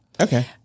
Okay